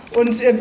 Und